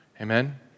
Amen